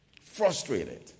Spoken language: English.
frustrated